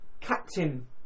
Captain